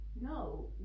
no